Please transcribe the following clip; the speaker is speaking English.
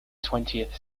twentieth